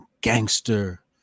gangster